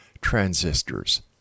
transistors